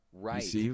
Right